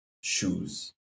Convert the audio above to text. shoes